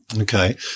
Okay